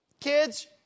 Kids